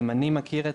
אני מכיר,